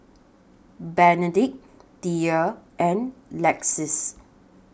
Benedict Thea and Lexis